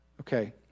Okay